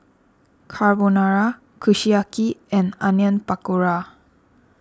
Carbonara Kushiyaki and Onion Pakora